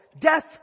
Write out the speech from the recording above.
death